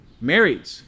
Married